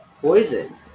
Poison